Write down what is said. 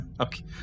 Okay